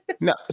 No